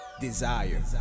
desire